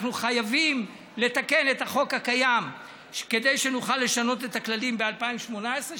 אנחנו חייבים לתקן את החוק הקיים כדי שנוכל לשנות את הכללים ב-2018,